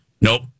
nope